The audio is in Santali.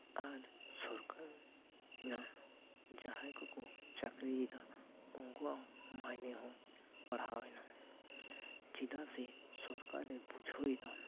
ᱟᱨ ᱥᱚᱨᱠᱟᱨ ᱨᱮᱱᱟᱜ ᱡᱟᱦᱟᱸᱭ ᱠᱩᱠᱩ ᱪᱟᱠᱨᱤᱭᱮᱫᱟ ᱩᱱᱠᱩᱣᱟᱜ ᱢᱟᱭᱱᱮᱦᱚᱸ ᱵᱟᱲᱦᱟᱣᱮᱱᱟ ᱪᱮᱫᱟᱜ ᱥᱮ ᱥᱚᱨᱠᱟᱨᱮ ᱵᱩᱡᱷᱟᱹᱣᱮᱫᱟ